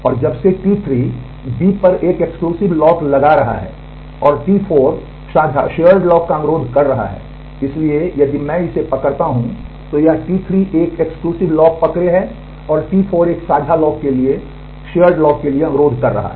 और जब से T3 B पर एक एक्सक्लूसिव लॉक लगा रहा है और T4 साझा लॉक पकड़े है और T4 एक साझा लॉक के लिए अनुरोध कर रहा है